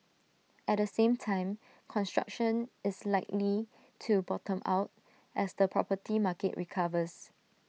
at the same time construction is likely to bottom out as the property market recovers